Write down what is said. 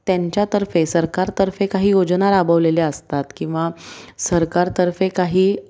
त्यांच्यातर्फे सरकारतर्फे काही योजना राबवलेल्या असतात किंवा सरकारतर्फे काही